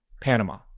Panama